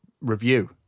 review